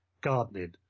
gardening